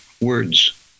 words